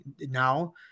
now